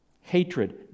Hatred